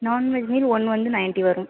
non veg meal ஒன்று வந்து ninety வரும்